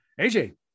AJ